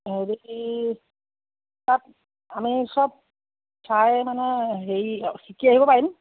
হেৰি তাত আমি চব চাই মানে হেৰি শিকি আহিব পাৰিম